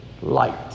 Light